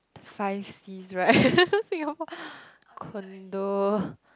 the five Cs right Singapore condo